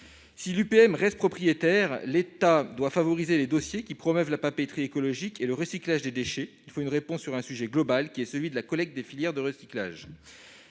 UPM reste propriétaire de cette usine, l'État doit favoriser les dossiers qui promeuvent la papeterie écologique et le recyclage des déchets. Il faut une réponse sur un sujet global : la collecte des filières de recyclage.